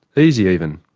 easy even,